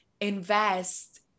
invest